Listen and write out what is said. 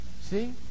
See